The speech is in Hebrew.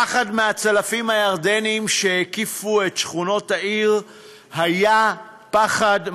הפחד מהצלפים הירדנים שהקיפו את שכונות העיר היה פחד ממשי.